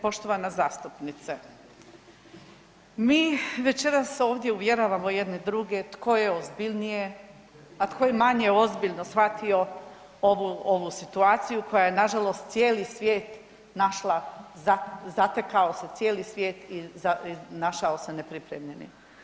Poštovana zastupnice, mi večeras ovdje uvjeravamo jedni druge tko je ozbiljnije, a tko je manje ozbiljno shvatio ovu situaciju koja je nažalost cijeli svijet našla, zatekao se cijeli svijet i našao se nepripremljenim.